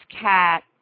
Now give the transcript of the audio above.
cat